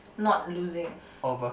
not losing